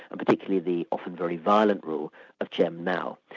particularly the often very violent rule of chairman mao.